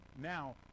now